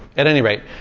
at any rate,